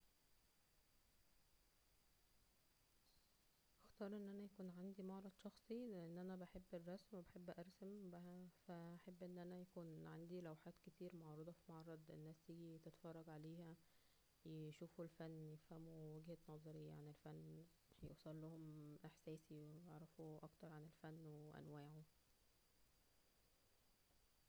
هختار ان انا يكون عندى معرض شخصى ,لان انا بحب الرسم وبحب ارسم, فا -احب ان انا يكون عندى لوحات كتير معروضة فى معرض الناس تيجى تتفرج عليها, يشوفوا الفن ,يفهموا وجهه نظرى عن الفن, يوصلهم احساسى ,ويعرفوا اكتر عن الفن وانواعه